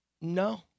no